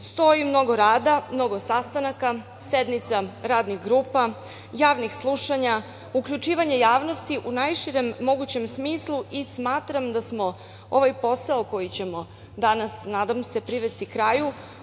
stoji mnogo rada, mnogo sastanaka, sednica, radnih grupa, javnih slušanja, uključivanja javnosti u najširem mogućem smislu i smatram da smo ovaj posao koji ćemo danas, nadam se, privesti kraju